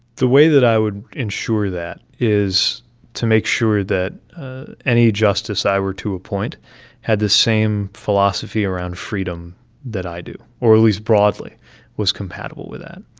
the way that i would ensure that is to make sure that any justice i were to appoint had the same philosophy around freedom that i do, or at least broadly was compatible with that.